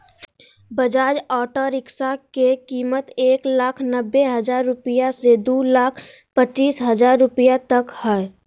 Bajaj auto rickshaw के कीमत एक लाख नब्बे हजार रुपया से दू लाख पचीस हजार रुपया तक हइ